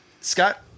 Scott